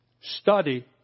Study